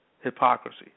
hypocrisy